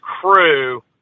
crew